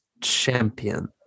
champion